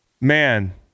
man